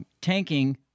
tanking